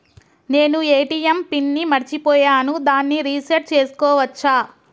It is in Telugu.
నేను ఏ.టి.ఎం పిన్ ని మరచిపోయాను దాన్ని రీ సెట్ చేసుకోవచ్చా?